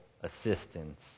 assistance